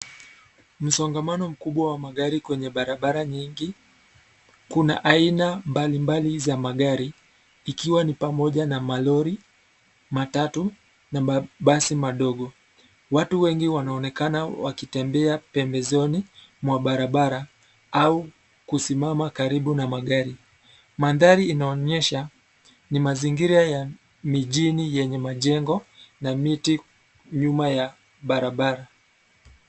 Msongamano mkubwa wa magari kwenye barabara nyingi. Kuna aina mbali mbali za magari, ikiwa ni pamoja na malori, matatu na mabasi madogo. Watu wengi wanaonekana wakitembea pembezoni mwa barabara au kusimama karibu na magari. Madhari inaonyesha ni mazingira ya mijini yenye mijengo na miti iko nyuma ya barabara.